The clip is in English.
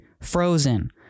Frozen